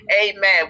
amen